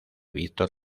víctor